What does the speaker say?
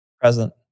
Present